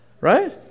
Right